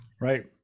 Right